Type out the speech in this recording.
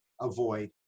avoid